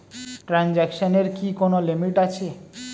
ট্রানজেকশনের কি কোন লিমিট আছে?